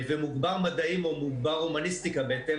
ומוגבר מדעים או מוגבר הומניסטיקה, בהתאם